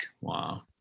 Wow